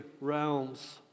realms